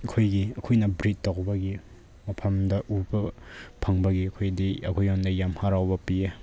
ꯑꯩꯈꯣꯏꯒꯤ ꯑꯩꯈꯣꯏꯅ ꯕ꯭ꯔꯤꯠ ꯇꯧꯕꯒꯤ ꯃꯐꯝꯗ ꯎꯕ ꯐꯪꯕꯒꯤ ꯑꯩꯈꯣꯏꯗꯤ ꯑꯩꯈꯣꯏꯉꯣꯟꯗ ꯌꯥꯝ ꯍꯔꯥꯎꯕ ꯄꯤꯌꯦ